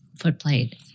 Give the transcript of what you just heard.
footplate